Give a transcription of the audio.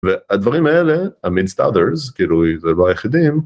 ‫והדברים האלה, אמונגסט אות׳רס, ‫כאילו, זה לא יחידים.